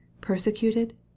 Persecuted